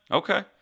okay